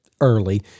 early